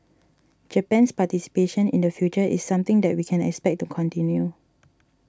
Japan's participation in the future is something that we can expect to continue